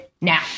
now